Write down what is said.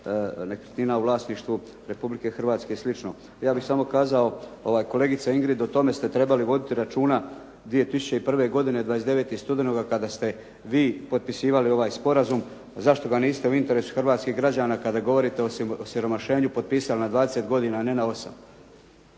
nekretnina u vlasništvu Republike Hrvatske i slično. Ja bih samo kazao kolegice Ingrid o tome ste trebali voditi računa 2001. godine 29. studenoga kada ste vi potpisivali ovaj sporazum. Zašto ga niste u interesu Hrvatskih građana kada govorite o osiromašenju potpisali na 20 godina, a ne na 8.